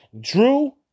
Drew